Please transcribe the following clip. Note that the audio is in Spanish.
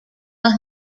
dos